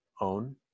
own